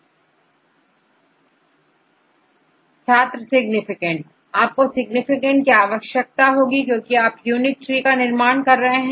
छात्र सिग्निफिकेंट आपको सिग्निफिकेंट की आवश्यकता होगी क्योंकि आप यूनिक tree का निर्माण कर रहे हैं